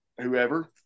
whoever